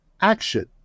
action